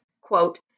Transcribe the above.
quote